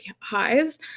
highs